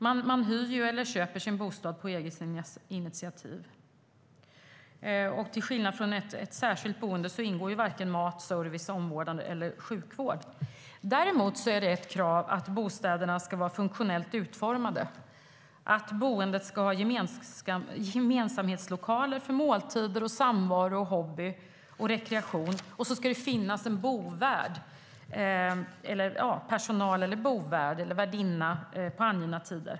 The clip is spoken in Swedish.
Man hyr eller köper sin bostad på eget initiativ. Till skillnad från hur det är i ett särskilt boende ingår varken mat, service, omvårdnad eller sjukvård. Däremot är det ett krav att bostäderna ska vara funktionellt utformade och att boendet ska ha gemensamhetslokaler för måltider, samvaro, hobby och rekreation. Och det ska finnas personal, en bovärd eller bovärdinna på angivna tider.